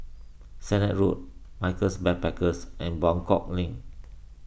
Sennett Road Michaels Backpackers and Buangkok Link